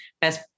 best